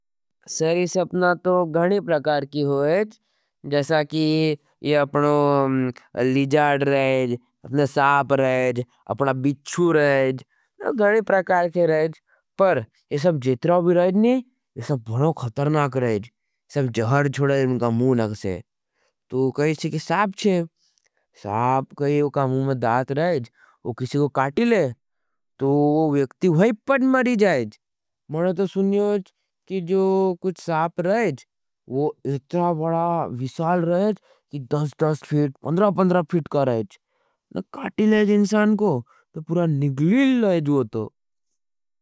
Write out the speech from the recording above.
सरी सपना तो गणे प्रकार की होईज जैसा की ये अपनो लिजार्ड रहेज, अपने साप रहेज। अपना बिछ्छू रहेज गणे प्रकार के रहेज पर ये सब जेत्राओबी रहेज नहीं। ये सब बहुत ख़तर्णाक रहेज सब जहर छोड़े। उनका मुँ नख से तो कहई शे की साप शे साप कही उनका मुँ में दात रहेज वो किसी को काटी ले। तो वो व्यक्ति वैपट मरी जाएज मने तो सुन्योज की जो कुछ साप रहेज वो इतना बड़ा विशाल रहेज, कि डस डस फीट, पंद्रा पंद्रा फीट का रहेज काटी लेज इनसान को, तो पुरा निकली लेज वो तो।